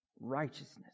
Righteousness